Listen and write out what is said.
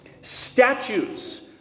statutes